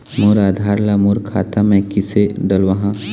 मोर आधार ला मोर खाता मे किसे डलवाहा?